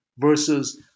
Versus